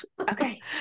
Okay